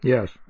Yes